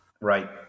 Right